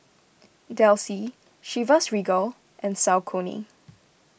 Delsey Chivas Regal and Saucony